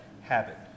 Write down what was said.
habit